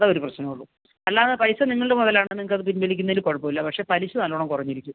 അതാ ഒരു പ്രശ്നം ഉള്ളൂ അല്ലാതെ പൈസ നിങ്ങളുടെ മുതൽ ആണ് നിങ്ങൾക്ക് അത് പിൻവലിക്കുന്നതിൽ കുഴപ്പമില്ല പക്ഷെ പലിശ നല്ല വണ്ണം കുറഞ്ഞിരിക്കും